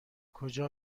کجا